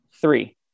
Three